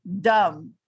dumb